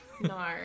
No